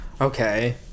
Okay